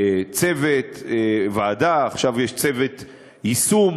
צוות, ועדה, ועכשיו יש צוות יישום.